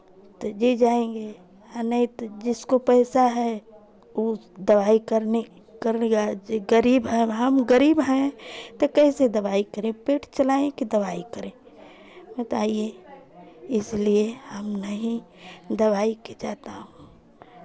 तो जी जाएंगे आ नहीं तो जिसको पैसा है वो दवाई करने कर लिया जे गरीब हैं हम गरीब हैं तो कैसे दवाई करें पेट चलाएं कि दवाई करें बताइए इसलिए हम नहीं दवाई के जाता हूँ